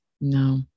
No